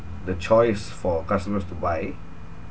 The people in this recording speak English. the choice for customers to buy